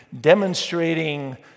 demonstrating